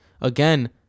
again